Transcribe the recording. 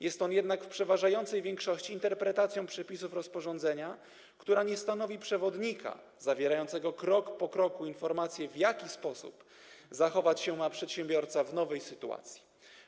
Jest on jednak w przeważającej większości interpretacją przepisów rozporządzenia, która nie stanowi przewodnika zawierającego krok po kroku informacje, w jaki sposób ma się zachować przedsiębiorca w nowej sytuacji.